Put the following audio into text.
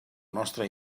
nostra